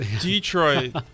Detroit